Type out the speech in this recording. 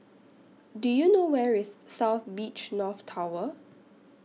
Do YOU know Where IS South Beach North Tower